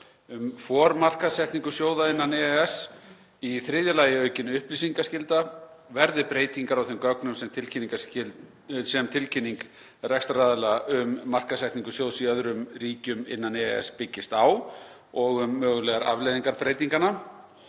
formarkaðssetningu sjóða innan EES. Í þriðja lagi aukin upplýsingaskylda verði breytingar á þeim gögnum sem tilkynning rekstraraðila um markaðssetningu sjóðs í öðrum ríkjum innan EES byggist á og um mögulegar afleiðingar breytinganna.